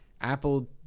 Apple